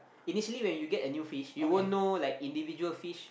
initially when you get a new fish you won't know like individual fish